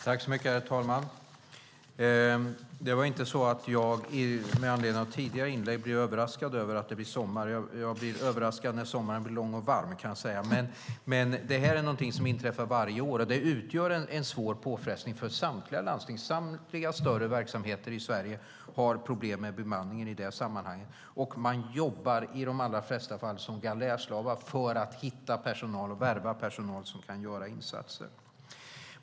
Herr talman! Det är inte så att jag, med hänvisning till tidigare inlägg, blir överraskad över att det blir sommar. Jag blir överraskad när sommaren blir lång och varm. Problem med bemanning är något som inträffar varje år och utgör en svår påfrestning för samtliga landsting. Samtliga större verksamheter i Sverige har problem med bemanningen i det sammanhanget. I de allra flesta fall jobbar de som galärslavar för att hitta och värva personal som kan göra insatser.